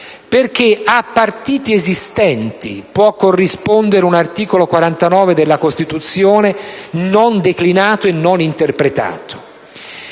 perché a partiti esistenti può corrispondere un articolo 49 della Costituzione non declinato e non interpretato,